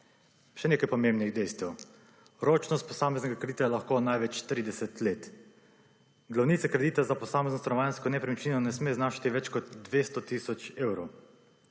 Še nekaj pomembnih dejstev: ročnost posameznega kritja je lahko največ 30 let. Glavnice kreditov za posamezno stanovanjsko nepremičnino ne sme znašati več kot 200 tisoč evrov